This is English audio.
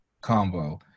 combo